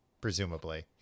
presumably